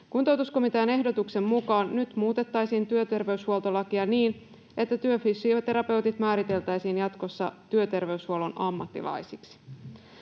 Kuntoutuskomitean ehdotuksen mukaan nyt muutettaisiin työterveyshuoltolakia niin, että työfysioterapeutit määriteltäisiin jatkossa työterveyshuollon ammattilaisiksi.